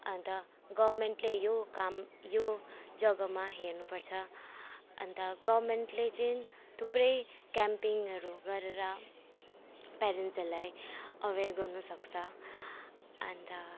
अन्त गभर्मेन्टले यो काम यो जग्गामा हेर्नुपर्छ अन्त गभर्मेन्टले चाहिँ थुप्रै क्याम्पिङहरू गरेर प्यारेन्ट्सहरूलाई अवेर गर्नुसक्छ अन्त